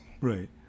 Right